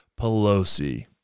Pelosi